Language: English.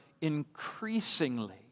increasingly